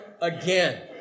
again